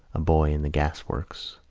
a boy in the gasworks.